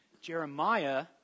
Jeremiah